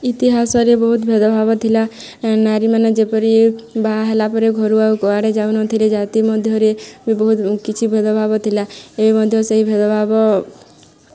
ଇତିହାସରେ ବହୁତ ଭେଦଭାବ ଥିଲା ନାରୀମାନେ ଯେପରି ବାହା ହେଲା ପରେ ଘରୁ ଆଉ କୁଆଡ଼େ ଯାଉନଥିଲେ ଜାତି ମଧ୍ୟରେ ବହୁତ କିଛି ଭେଦଭାବ ଥିଲା ଏବେ ମଧ୍ୟ ସେହି ଭେଦଭାବ